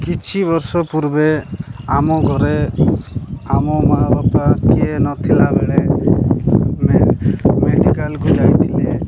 କିଛି ବର୍ଷ ପୂର୍ବେ ଆମ ଘରେ ଆମ ମା ବାପା କିଏ ନଥିଲା ବେଳେ ମେଡ଼ିକାଲକୁ ଯାଇଥିଲେ